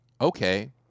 okay